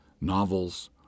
novels